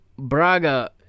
Braga